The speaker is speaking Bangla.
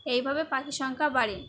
এই ভাবে পাখির সংখ্যা বাড়ে